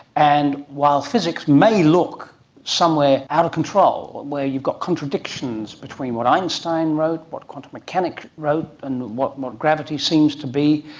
and while physics may look somewhere out of control where you've got contradictions between what einstein wrote, what quantum mechanics wrote and what what gravity seems to be,